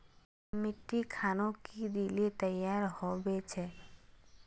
मिट्टी खानोक की दिले तैयार होबे छै?